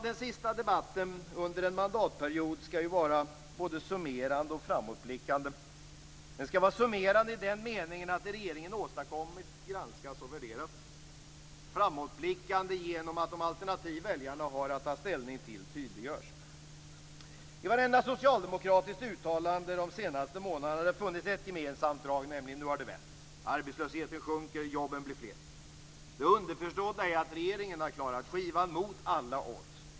Den sista debatten under en mandatperiod skall ju både vara summerande och framåtblickande. Den skall vara summerande i den meningen att det regeringen åstadkommit granskas och värderas. Den skall vara framåtblickande genom att de alternativ som väljarna har att ta ställning till tydliggörs. I vartenda socialdemokratiskt uttalande de senaste månaderna har det funnits ett gemensamt drag, nämligen: Nu har det vänt. Arbetslösheten sjunker, jobben blir fler. Det underförstådda är att regeringen har klarat skivan mot alla odds.